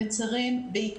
שאנחנו מצרים בעיקר